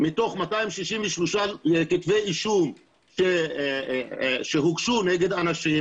מתוך 263 כתבי אישום שהוגשו נגד אנשים